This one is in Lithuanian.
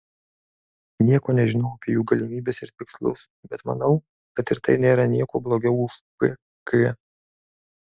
nieko nežinau apie jų galimybes ir tikslus bet manau kad ir tai nėra niekuo blogiau už pk